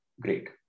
great